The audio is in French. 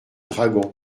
dragons